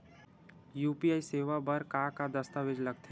UPI सेवा बर का का दस्तावेज लगथे?